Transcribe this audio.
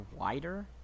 wider